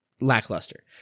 lackluster